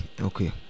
okay